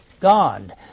God